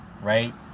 right